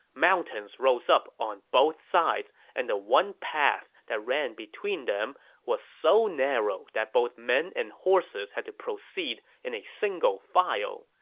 mountains rose up on both sides, and the one path that ran between them was so narrow that both men and horses had to proceed in a single file.